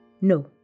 No